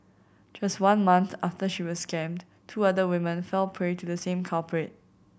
just one month after she was scammed two other women fell prey to the same culprit